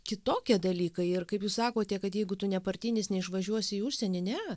kitokie dalykai ir kaip jūs sakote kad jeigu tu nepartinis neišvažiuosi į užsienį ne